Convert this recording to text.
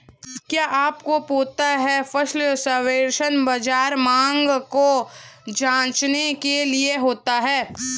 क्या आपको पता है फसल सर्वेक्षण बाज़ार मांग को जांचने के लिए होता है?